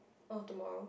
or tomorrow